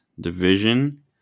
division